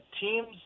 teams